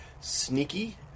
Sneaky